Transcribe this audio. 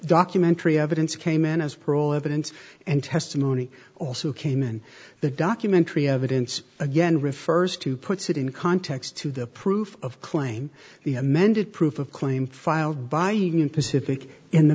documentary evidence came in as parole evidence and testimony also came in the documentary evidence again refers to puts it in context to the proof of claim the amended proof of claim filed by union pacific in the